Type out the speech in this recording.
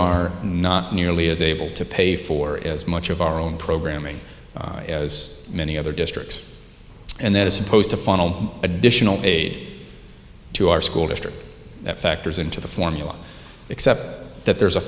are not nearly as able to pay for as much of our own programming as many other districts and that is supposed to funnel additional aid to our school district that factors into the formula except that there's a